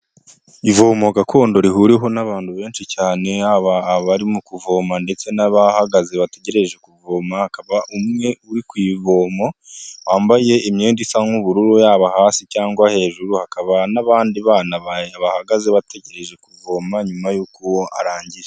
Ivomo gakondo rihuriweho n'abantu benshi cyane, haba abarimo kuvoma ndetse n'abahagaze bategereje kuvoma, akaba umwe uri kuvomo, wambaye imyenda isa nk'ubururu yaba hasi cyangwa hejuru, hakaba n'abandi bana bahagaze bategereje kuvoma, nyuma yuko uwo arangije.